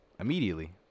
immediately